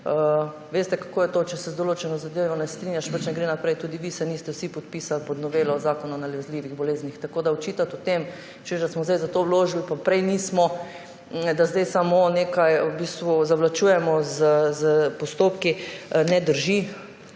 veste, kako je to, če se z določeno zadevo ne strinjaš – pač ne gre naprej. Tudi vi se niste vsi podpisali pod novelo Zakona o nalezljivih boleznih. Tako da očitati to, češ da smo zdaj zato vložili pa prej nismo, da zdaj samo nekaj zavlačujemo s postopki – ne drži.